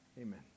Amen